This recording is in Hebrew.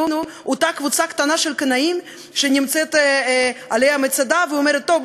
אותה קבוצה קטנה של קנאים שנמצאת על מצדה ואומרת: טוב,